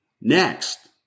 Next